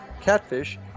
catfish